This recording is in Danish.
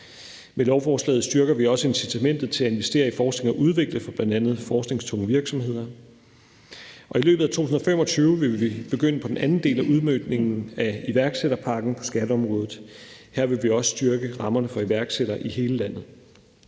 Med lovforslaget styrker vi også incitamentet til at investere i forskning og udvikling for bl.a. forskningstunge virksomheder, og i løbet af 2025 vil vi begynde på den anden del af udmøntningen af iværksætterpakken på skatteområdet. Her vil vi også styrke rammerne for iværksættere i hele landet.